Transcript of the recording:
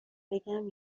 بگم